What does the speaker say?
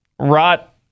Rot